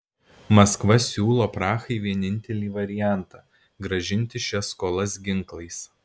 maskva siūlo prahai vienintelį variantą grąžinti šias skolas ginklais